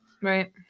right